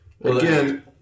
Again